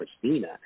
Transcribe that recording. Christina